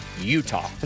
Utah